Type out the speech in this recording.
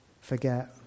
forget